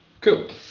cool